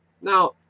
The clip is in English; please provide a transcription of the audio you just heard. Now